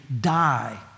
die